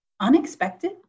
unexpected